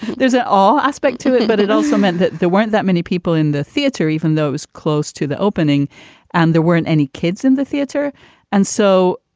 there's that all aspect to it. but it also meant that there weren't that many people in the theater, even those close to the opening and there weren't any kids in the theater and so,